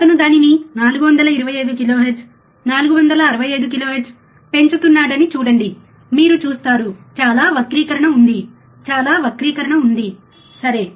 అతను దానిని 425 kilohertz 465 kilohertz పెంచుతున్నాడని చూడండి మీరు చూస్తారు చాలా వక్రీకరణ ఉంది చాలా వక్రీకరణ ఉంది సరే